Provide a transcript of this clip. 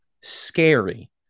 scary